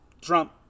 Trump